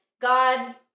God